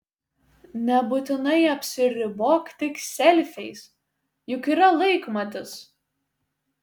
nebūtinai apsiribok tik selfiais juk yra laikmatis